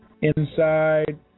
Inside